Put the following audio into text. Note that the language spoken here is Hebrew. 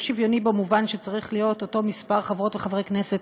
לא במובן שצריך להיות אותו מספר חברות וחברי כנסת,